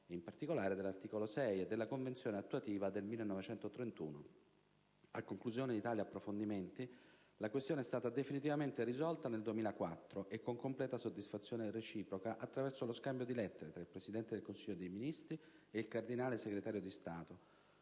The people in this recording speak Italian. in particolare dell'articolo 6, e della Convenzione attuativa del 1931. A conclusione di tali approfondimenti, la questione è stata definitivamente risolta nel 2004 e con completa soddisfazione reciproca, attraverso lo scambio di lettere tra il Presidente del Consiglio dei ministri e il Cardinale Segretario di Stato,